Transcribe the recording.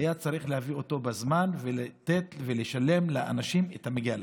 היה צריך להביא אותו בזמן ולשלם לאנשים את המגיע להם.